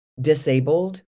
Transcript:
disabled